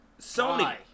Sony